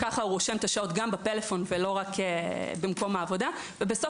ככה הוא רושם את השעות שלו גם באפליקציה ולא רק במחשב בעבודה ובסוף